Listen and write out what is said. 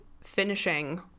finishing